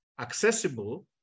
accessible